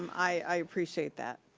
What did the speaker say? i appreciate that.